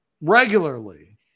regularly